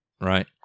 Right